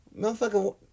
Motherfucker